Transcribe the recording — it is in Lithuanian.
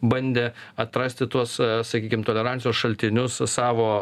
bandė atrasti tuos sakykim tolerancijos šaltinius savo